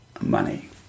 money